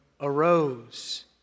arose